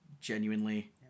genuinely